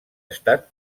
estat